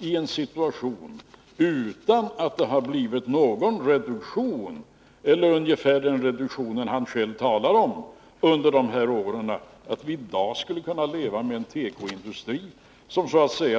en situation utan den reduktion inom tekoindustrin under dessa år som han själv talar om och att vi i dag skulle kunna leva med en tekoindustri som